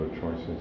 choices